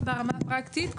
ברמה הפרקטית,